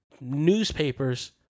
newspapers